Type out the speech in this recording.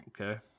Okay